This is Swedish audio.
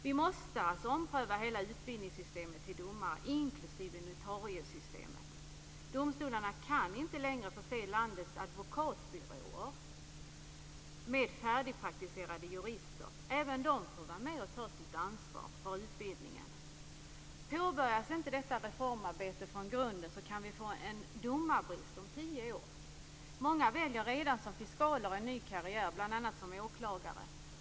Vi måste alltså ompröva hela utbildningssystemet när det gäller domare, inklusive notariesystemet. Domstolarna kan inte längre förse landets advokatbyråer med färdigpraktiserade jurister. Även de bör vara med och ta sitt ansvar för utbildningen. Påbörjas inte detta reformarbete från grunden kan det uppstå en domarbrist om tio år. Många väljer redan som fiskaler en ny karriär, bl.a. som åklagare.